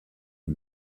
une